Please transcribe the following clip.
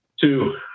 Two